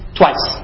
twice